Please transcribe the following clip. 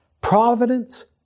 Providence